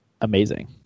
amazing